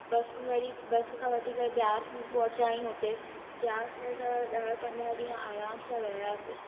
बस वरी बस खां वठी करे बयास पोहचा आहियूं हुते बयास में असां ॾह पंद्रहं ॾींहं आराम सां रहियासि